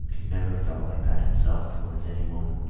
had never felt like that himself towards any woman,